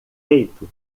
feito